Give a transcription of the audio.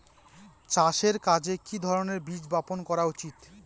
চাষের কাজে কি ধরনের বীজ বপন করা উচিৎ?